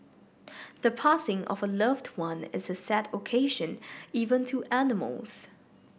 the passing of a loved one is a sad occasion even to animals